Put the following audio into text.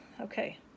Okay